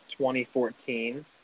2014